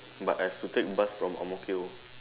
but have to take bus from Ang-Mo-Kio